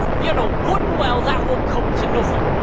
you know good'n well that won't come to nothin!